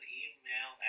email